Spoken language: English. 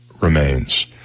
remains